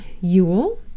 Yule